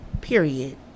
Period